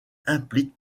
impliquent